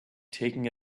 taking